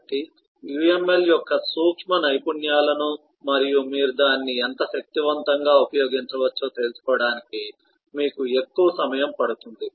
కాబట్టి UML యొక్క సూక్ష్మ నైపుణ్యాలను మరియు మీరు దానిని ఎంత శక్తివంతంగా ఉపయోగించవచ్చో తెలుసుకోవటానికి మీకు ఎక్కువ సమయం పడుతుంది